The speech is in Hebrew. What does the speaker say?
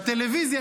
בטלוויזיה,